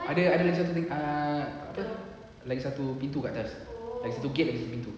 ada ada satu ah apa lagi satu pintu kat atas there's two gate satu pintu